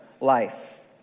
life